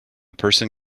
person